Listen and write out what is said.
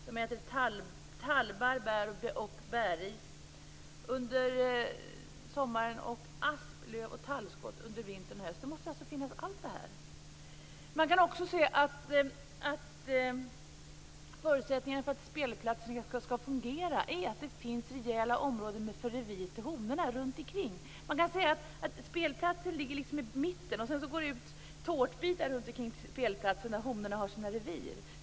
De äter tallbarr, bär och bärris under sommaren och asplöv och tallskott under vintern och hösten. Det måste finnas allt detta. Man kan också se att förutsättningen för att spelplatsen skall fungera är att det finns rejäla områden med revir till honorna runtomkring. Spelplatsen ligger i mitten, och sedan går det ut tårtbitar runtomkring spelplatsen där honorna har sina revir.